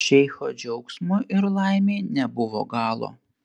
šeicho džiaugsmui ir laimei nebuvo galo